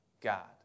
God